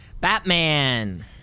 Batman